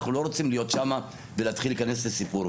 אנחנו לא רוצים להיות שם ולהתחיל להיכנס לסיפור,